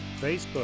Facebook